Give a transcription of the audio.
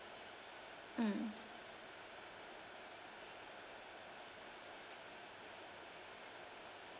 mm